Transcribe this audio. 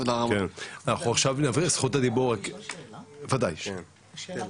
אפשר שאלה קטנה?